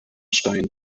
stein